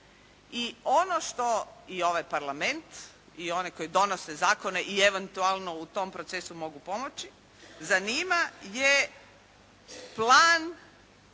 i ono što i ovaj Parlament i onaj koji donose zakone i eventualno u tom procesu mogu pomoći zanima je plan